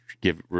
give